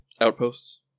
outposts